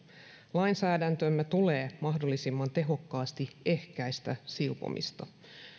lainsäädäntömme tulee mahdollisimman tehokkaasti ehkäistä silpomista